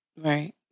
Right